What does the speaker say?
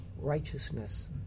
righteousness